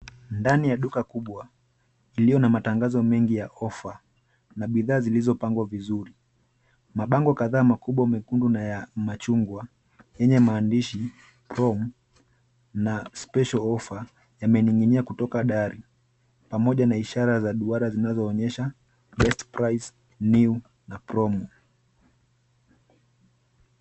Ndani ya duka kubwa iliyo na matangazo mengi ya offer na bidhaa zilizopangwa vizuri. Mabango kadhaa makubwa mekundu na ya machungwa yenye maandishi promo na special offer yamening'inia kutoka dari pamoja na ishara za duara zinazoonyesha best price, new na promo .